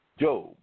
Job